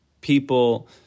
people